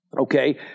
Okay